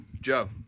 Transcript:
Joe